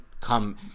come –